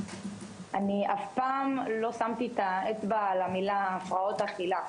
אני אף פעם לא שמתי את האצבע על המילה "הפרעות אכילה",